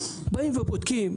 באים ובודקים